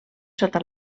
sota